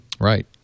Right